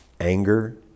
anger